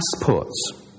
passports